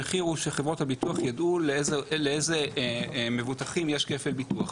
המחיר הוא שחברות הביטוח יידעו לאיזה מבוטחים יש כפל ביטוח,